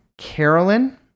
Carolyn